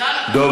דב,